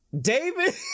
David